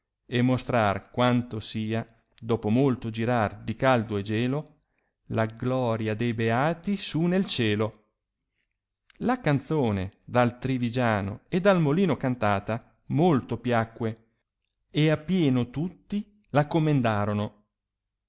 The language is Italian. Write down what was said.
e mostrar quanto sia dopo molto girar di caldo e gelo la gloria dei beati su nel cielo la canzone dal trivigiano e dal molino cantata molto piacque e a pieno tutti la comendarono